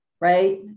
right